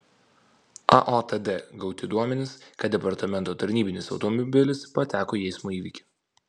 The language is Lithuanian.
aotd gauti duomenys kad departamento tarnybinis automobilis pateko į eismo įvykį